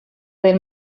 del